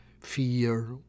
fear